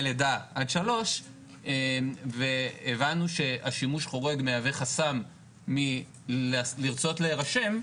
לידה עד 3 והבנו שהשימוש חורג מהווה חסם מלרצות להירשם,